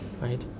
Right